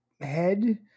head